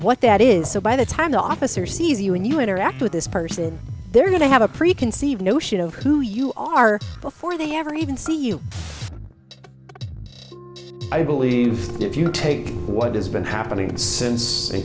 what that is so by the time the officer sees you and you interact with this person they're going to have a preconceived notion of who you are before they ever even see you i believe if you take what has been happening since the